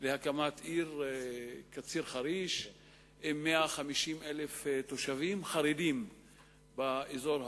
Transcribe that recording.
להקמת העיר קציר-חריש עם 150,000 תושבים חרדים באזור.